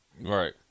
Right